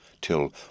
till